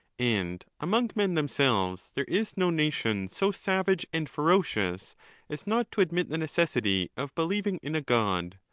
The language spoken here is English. and among men themselves, there is no nation so savage and ferocious as not to admit the necessity of believ ing in a god,